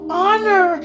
honor